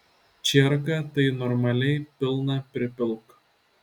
čierką tai normaliai pilną pripilk